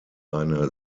eine